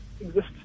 exist